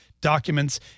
documents